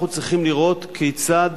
אנחנו צריכים לראות כיצד